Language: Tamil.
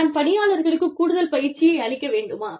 நான் பணியாளர்களுக்குக் கூடுதல் பயிற்சியை அளிக்க வேண்டுமா